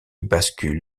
bascule